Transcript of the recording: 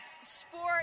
sport